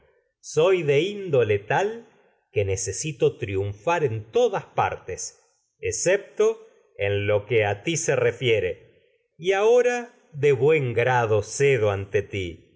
soy de índole tal excepto en necesito triunfaren y todas partes lo que a ti se refiere pues no ahora de buen grado cedo ante ti